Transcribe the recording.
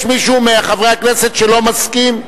האם יש מישהו מחברי הכנסת שלא מסכים?